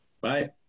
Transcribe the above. bye